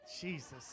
jesus